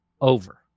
over